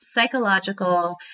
psychological